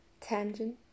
tangent